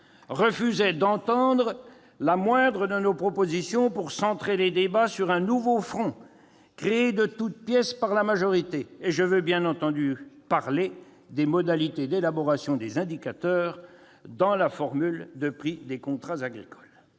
refusait d'entendre la moindre de nos propositions pour centrer les débats sur un nouveau front créé de toutes pièces par la majorité : je veux bien entendu parler des modalités d'élaboration des indicateurs dans les formules de prix des contrats agricoles.